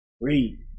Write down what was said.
Read